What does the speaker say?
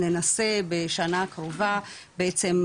ננסה בשנה הקרובה בעצם,